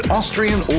Austrian